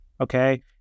Okay